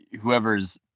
whoever's